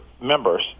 members –